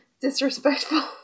disrespectful